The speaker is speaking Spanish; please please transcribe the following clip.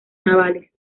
navales